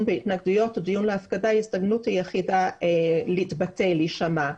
בהתנגדויות או דיון להסבה להתבטא ולהישמע.